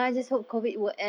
ya lah ya lah